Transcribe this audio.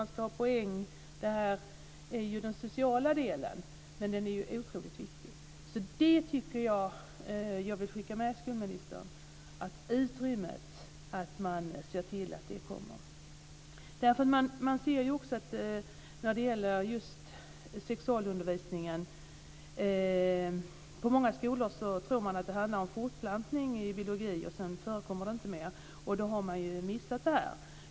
Det ska vara poäng, och det här är den sociala delen. Jag vill skicka med skolministern att det måste finnas ett utrymme. På många skolor tror man att sexualundervisningen handlar om fortplantning i biologiämnet. Sedan förekommer ingenting mer. Då har man missat detta.